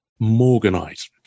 Morganite